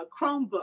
Chromebook